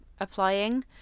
Applying